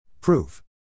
Proof